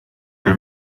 que